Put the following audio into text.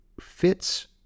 fits